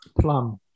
Plum